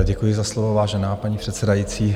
Děkuji za slovo, vážená paní předsedající.